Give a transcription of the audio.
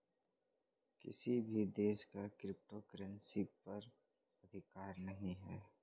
किसी भी देश का क्रिप्टो करेंसी पर अधिकार नहीं है